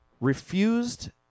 refused